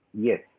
yes